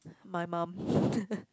my mum